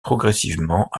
progressivement